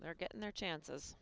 they're getting their chances